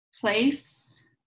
place